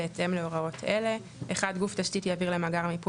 בהתאם להוראות אלה: גוף תשתית יעביר למאגר המיפוי